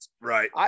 Right